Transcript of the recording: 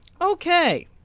okay